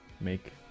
make